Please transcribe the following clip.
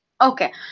okay